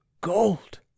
gold